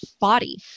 body